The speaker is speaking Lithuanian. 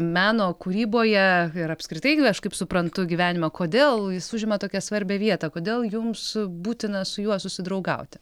meno kūryboje ir apskritai aš kaip suprantu gyvenime kodėl jis užima tokią svarbią vietą kodėl jums būtina su juo susidraugauti